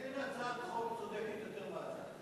אין הצעת חוק צודקת יותר מההצעה הזאת.